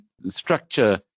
structure